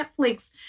Netflix